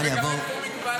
גם אין פה מגבלה של כסף.